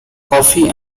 coffee